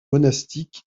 monastiques